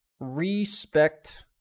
respect